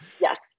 yes